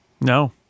no